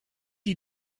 you